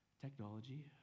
technology